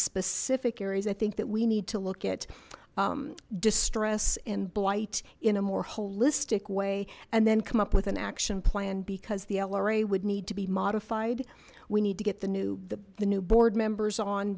specific areas i think that we need to look at distress and blight in a more holistic way and then come up with an action plan because the lra would need to be modified we need to get the new the new board members on